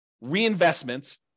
reinvestment